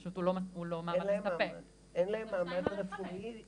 הוא פשוט לא מעמד --- אין להם מעמד --- אני